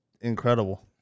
incredible